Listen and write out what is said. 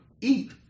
eat